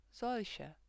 solche